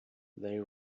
they